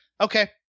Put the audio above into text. Okay